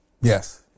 Yes